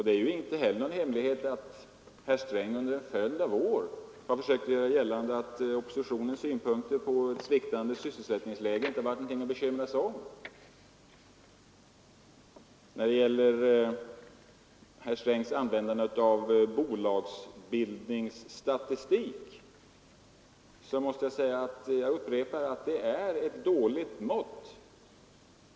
Det är inte heller någon hemlighet att herr Sträng under en följd av år försökt göra gällande att oppositionens synpunkter på ett sviktande sysselsättningsläge inte har varit någonting att bekymra sig om. När det gäller herr Strängs användande av bolagsbildningsstatistik måste jag upprepa att det är ett dåligt mått.